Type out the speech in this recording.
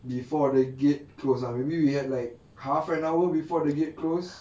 before the gate closed lah maybe we had like half an hour before the gate close